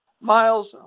Miles